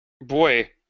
Boy